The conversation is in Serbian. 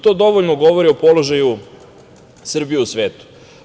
To dovoljno govori o položaju Srbije u svetu.